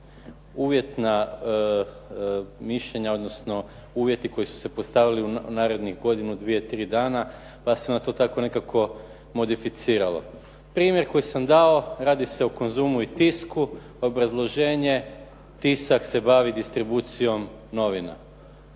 uvjetna mišljenja odnosno uvjeti koji su se postavili u narednih godinu, dvije, tri dana pa se onda to tako nekako modificiralo. Primjer koji sam dao radi se o Konzumu i Tisku. Obrazloženje, Tisak se bavi distribucijom novina.